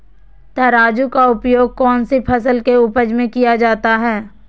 तराजू का उपयोग कौन सी फसल के उपज में किया जाता है?